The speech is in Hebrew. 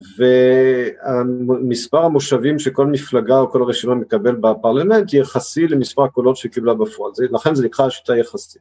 והמספר המושבים שכל מפלגה או כל רשימה מקבל בפרלמנט יחסי למספר הקולות שקיבלה בפועל, לכן זה נקרא השיטה יחסית.